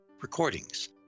recordings